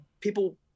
people